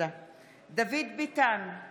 דוד ביטן, אינו